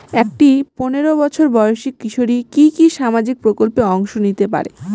একটি পোনেরো বছর বয়সি কিশোরী কি কি সামাজিক প্রকল্পে অংশ নিতে পারে?